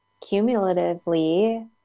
cumulatively